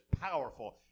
powerful